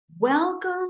Welcome